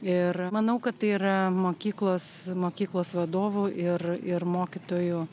ir manau kad tai yra mokyklos mokyklos vadovų ir ir mokytojų